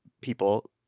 people